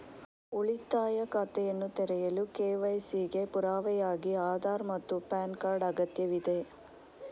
ಉಳಿತಾಯ ಖಾತೆಯನ್ನು ತೆರೆಯಲು ಕೆ.ವೈ.ಸಿ ಗೆ ಪುರಾವೆಯಾಗಿ ಆಧಾರ್ ಮತ್ತು ಪ್ಯಾನ್ ಕಾರ್ಡ್ ಅಗತ್ಯವಿದೆ